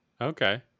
Okay